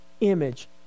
image